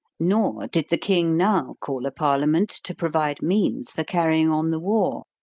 nor did the king now call a parliament to provide means for carrying on the war,